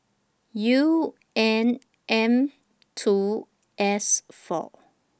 U N M two S four